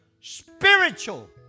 spiritual